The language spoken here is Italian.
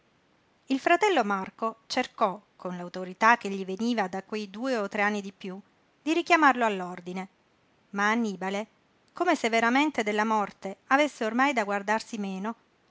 il fratello marco cercò con l'autorità che gli veniva da quei due o tre anni di piú di richiamarlo all'ordine ma annibale come se veramente della morte avesse ormai da guardarsi meno